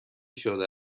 شده